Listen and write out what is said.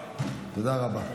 זה כשהוא רגוע.